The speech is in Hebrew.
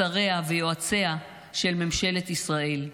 שריה ויועציה של ממשלת ישראל,